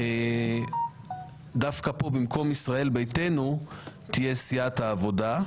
היא שדווקא פה במקום ישראל ביתנו תהיה סיעת העבודה,